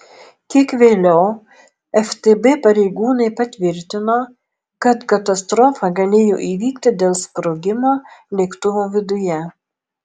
kiek vėliau ftb pareigūnai patvirtino kad katastrofa galėjo įvykti dėl sprogimo lėktuvo viduje